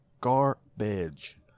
garbage